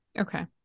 Okay